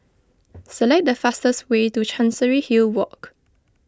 select the fastest way to Chancery Hill Walk